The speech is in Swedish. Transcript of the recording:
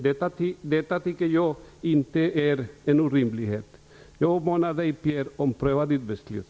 Detta tycker jag inte är en orimlighet. Jag uppmanar Pierre Schori att ompröva sitt beslut.